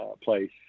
place